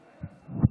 בבקשה, אדוני,